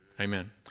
amen